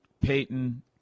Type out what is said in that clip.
Peyton